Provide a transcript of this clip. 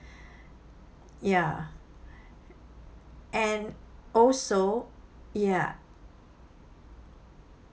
ya and also ya